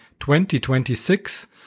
2026